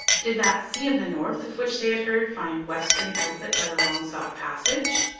did that sea of the north of which they had heard find western outlet by the long-sought passage?